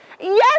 Yes